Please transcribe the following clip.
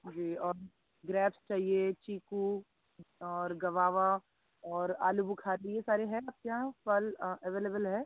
जी और ग्रैप्स चाहिए चीकू और गवावा और आलू बुखारा ये सारे हैं आपके यहाँ फल अवेलेबल है